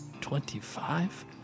twenty-five